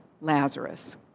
Lazarus